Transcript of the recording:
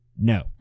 No